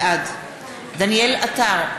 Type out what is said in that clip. בעד דניאל עטר,